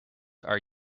are